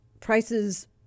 Prices